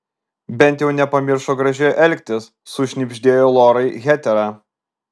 bent jau nepamiršo gražiai elgtis sušnibždėjo lorai hetera